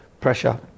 Pressure